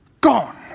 Gone